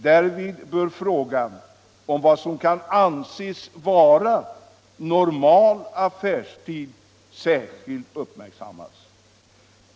Därvid bör frågan om vad som skall anses vara normal affärstid särskilt uppmärksammas.